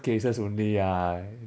cases only ah